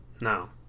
No